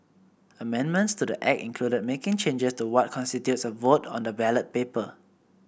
Amendments to the Act included making changes to what constitutes a vote on the ballot paper